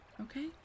okay